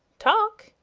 talk!